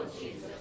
Jesus